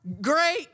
great